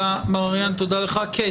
תודה לך, מר אריהן.